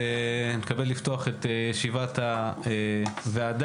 אני מתכבד לפתוח את ישיבת הוועדה.